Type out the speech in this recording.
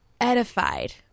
edified